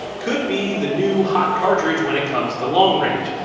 could be the new hot cartridge when it comes to long range.